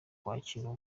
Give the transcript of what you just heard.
kwakira